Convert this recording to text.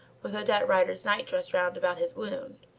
with odette rider's night-dress round about his wound,